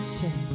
say